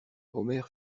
omer